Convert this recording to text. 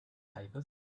papers